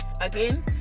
again